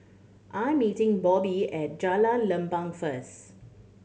I'm meeting Bobby at Jalan Lempeng first